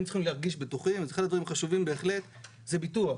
צריכים להרגיש בטוחים אז אחד הדברים החשובים ביותר זה ביטוח.